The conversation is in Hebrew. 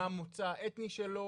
מה המוצא אותנטי שלו,